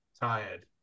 tired